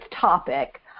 topic